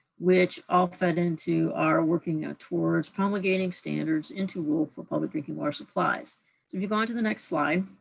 which all fed into our working ah towards promulgating standards into rules for public drinking water supplies. so if you go on to the next slide.